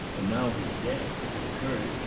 and now his death, if it occurred,